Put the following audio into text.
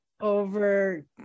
over